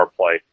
play